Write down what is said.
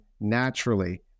naturally